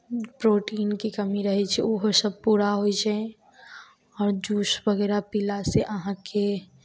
प्रोटीनके कमी रहै छै ओहोसभ पूरा होइ छै आओर जूस वगैरह पीलासँ अहाँके